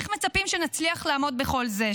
איך מצפים שנצליח לעמוד בכל זה,